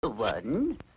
One